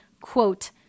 quote